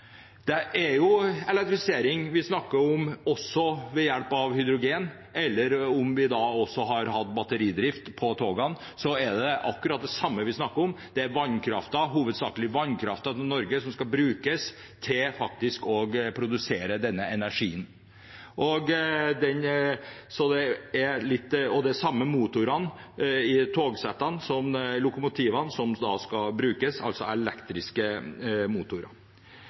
Vi snakker om elektrifisering også når det skjer ved hjelp av hydrogen. Også om vi hadde hatt batteridrift på togene, er det akkurat det samme vi snakker om. Det er hovedsakelig vannkraften i Norge som skal brukes til å produsere denne energien, og det er de samme motorene i lokomotivene som skal brukes, altså elektriske motorer.